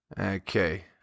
Okay